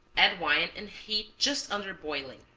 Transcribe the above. add wine and heat just under boiling.